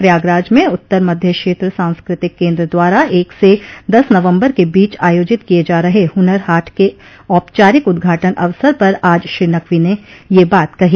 प्रयागराज में उत्तर मध्य क्षेत्र सांस्कृतिक केन्द्र द्वारा एक से दस नवम्बर के बीच आयोजित किये जा रहे हुनर हाट के औपचारिक उद्घाटन अवसर पर आज श्री नकवी ने यह बात कही